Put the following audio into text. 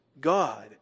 God